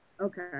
Okay